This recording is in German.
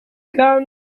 kann